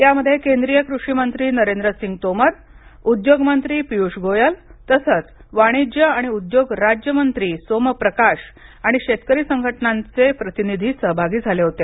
यामध्ये केंद्रीय कृषी मंत्री नरेंद्र सिंग तोमर उद्योग मंत्री पियुष गोयल तसच वाणिज्य आणि उद्योग राज्यमंत्री सोम प्रकाश आणि शेतकरी संघात्नानाचे प्रतिनिधी सहभागी झाले होते